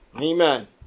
Amen